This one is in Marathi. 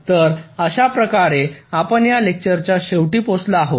तर अशा प्रकारे आपण या लेक्चरच्या शेवटी पोहोचलो आहोत